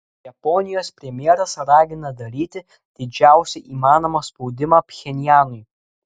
japonijos premjeras ragina daryti didžiausią įmanomą spaudimą pchenjanui